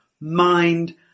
mind